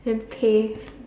and pay